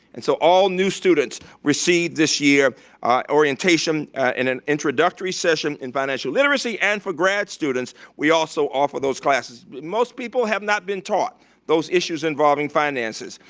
and so all new students receive this year orientation in an introductory session in financial literacy, and for grad students we also offer those classes. most people have not been taught those issues involving finances.